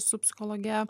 su psichologe